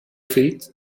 feet